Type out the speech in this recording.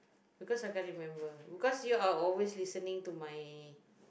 because I can't remember because you are always listening to my